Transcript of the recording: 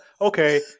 okay